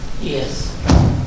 Yes